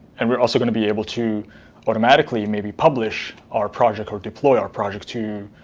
and we're also going to be able to automatically maybe publish our project or deploy our project to